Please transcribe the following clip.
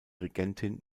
regentin